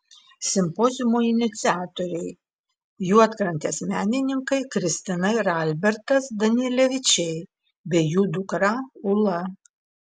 simpoziumo iniciatoriai juodkrantės menininkai kristina ir albertas danilevičiai bei jų dukra ula